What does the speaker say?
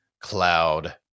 cloud